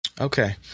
Okay